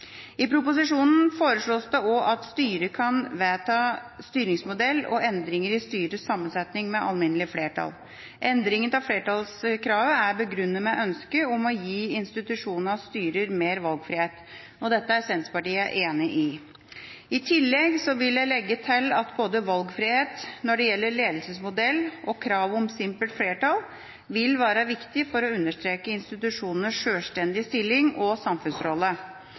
at styret kan vedta styringsmodell og endringer i styrets sammensetning med alminnelig flertall. Endringen av flertallskravet er begrunnet med ønsket om å gi institusjonenes styrer mer valgfrihet. Dette er Senterpartiet enig i. I tillegg vil jeg legge til at både valgfrihet når det gjelder ledelsesmodell, og krav om simpelt flertall vil være viktig for å understreke institusjonenes sjølstendige stilling og samfunnsrolle.